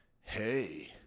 Hey